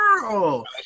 girl